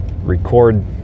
record